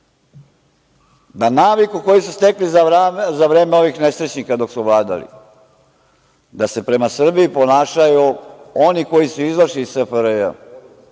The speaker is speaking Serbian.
da naviku koju su stekli za vreme ovih nesrećnika dok su vladali, da se prema Srbiji ponašaju oni koji su izašli iz SFRJ,